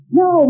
no